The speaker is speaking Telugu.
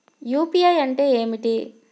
యూ.పీ.ఐ అంటే ఏమిటీ?